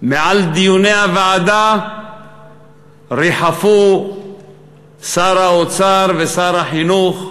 מעל דיוני הוועדה ריחפו שר האוצר ושר החינוך,